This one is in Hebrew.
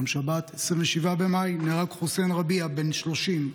ביום שבת 27 במאי נהרג חוסיין רביע, בן 30,